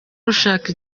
rushaka